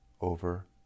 over